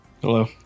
hello